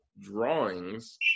drawings